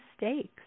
mistakes